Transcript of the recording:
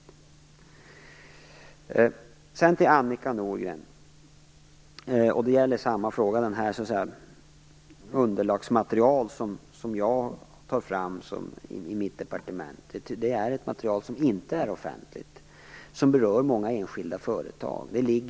Sedan vill jag säga till Annika Nordgren - och det gäller samma fråga - att det underlagsmaterial som jag tar fram i mitt departement inte är offentligt. Det berör många enskilda företag.